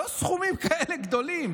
לא סכומים כאלה גדולים,